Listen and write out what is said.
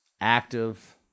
active